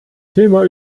thema